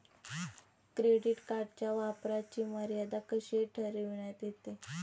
Credit कार्डच्या वापराची मर्यादा कशी ठरविण्यात येते?